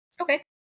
Okay